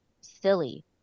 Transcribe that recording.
silly